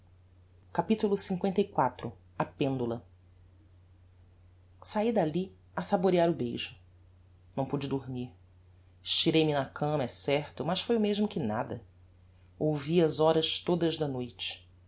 prologo capitulo liv a pendula saí dalli a saborear o beijo não pude dormir estirei-me na cama é certo mas foi o mesmo que nada ouvi as horas todas da noite